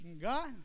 God